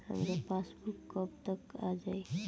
हमार पासबूक कब तक आ जाई?